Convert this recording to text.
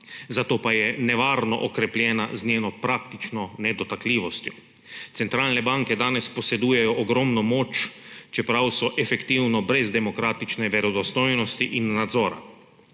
zato pa je nevarno okrepljena z njeno praktično nedotakljivostjo. Centralne banke danes posedujejo ogromno moč, čeprav so efektivno brez demokratične verodostojnosti in nadzora.